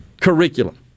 curriculum